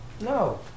no